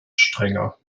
strenger